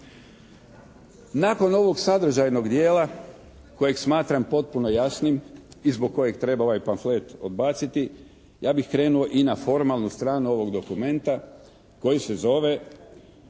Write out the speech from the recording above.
Nakon ovog sadržajnoj dijela kojeg smatram potpuno jasnim i zbog kojeg treba ovaj pamflet odbaciti, ja bih krenuo i na formalnu stranu ovog dokumenta koji se zove